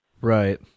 Right